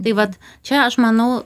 tai vat čia aš manau